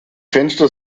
fenster